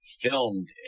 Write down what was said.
filmed